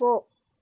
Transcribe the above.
போ